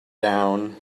down